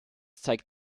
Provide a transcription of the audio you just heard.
zeigt